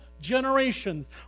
generations